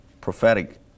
prophetic